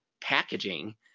packaging